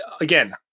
again